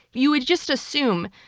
you would just assume,